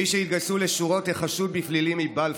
כמי שהתגייסו לשורות החשוד בפלילים מבלפור.